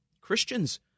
Christians